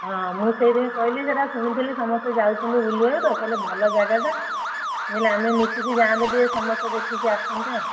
ହଁ ମୁଁ ସେଇଥିପାଇଁ କହିଲି ସେଇଟା ଶୁଣିଥିଲି ସମସ୍ତେ ଯାଉଛନ୍ତି ବୁଲିବାକୁ ତ କହିଲେ ଭଲ ଜାଗାଟା କହିଲେ ଆମେ ମିଶିକି ଯାଆନ୍ତେ ଟିକେ ସମସ୍ତେ ଦେଖିକି ଆସନ୍ତେ ଆଉ